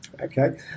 Okay